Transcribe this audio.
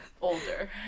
older